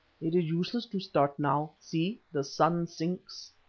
it is useless to start now see, the sun sinks.